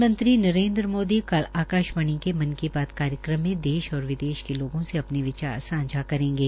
प्रधानमंत्री नरेन्द्र मोदी कल आकाशवाणी के मन की बात कार्यक्रम में देश और विदेश के लोगों से अपने विचार सांझा करेंगे